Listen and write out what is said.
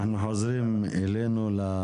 אנחנו חוזרים לוועדה.